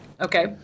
okay